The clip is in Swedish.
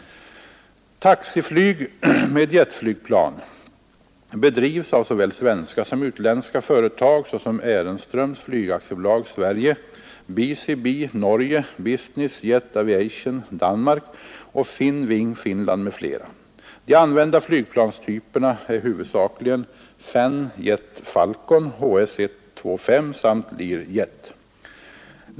Taxiflyg med jetflygplan bedrivs av såväl svenska som utländska företag, såsom Ehrenström Flyg AB. Sverige, Busy Bee, Norge, Business Jet Aviation, Danmark, och Finnwing, Finland, m.fl. De använda flygplanstyperna är huvudsakligen Fan Jet Falcon, HS-125 samt Lear Jet.